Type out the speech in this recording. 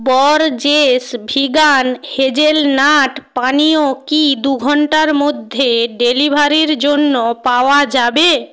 Borges vegan hazelnut পানীয় কি দু ঘন্টার মধ্যে ডেলিভারির জন্য পাওয়া যাবে